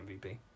MVP